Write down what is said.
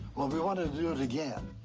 well, we wanted to do it again,